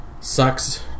sucks